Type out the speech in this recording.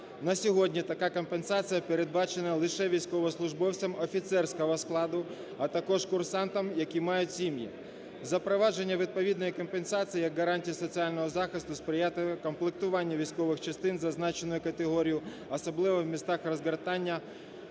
На сьогодні така компенсація передбачена лише військовослужбовцям офіцерського складу, а також курсантам, які мають сім'ї. Запровадження відповідної компенсації як гарантії соціального захисту сприятиме комплектуванню військових частин зазначеної категорії, особливо в містах розгортання